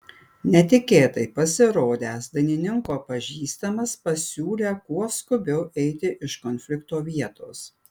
netikėtai pasirodęs dainininko pažįstamas pasiūlė kuo skubiau eiti iš konflikto vietos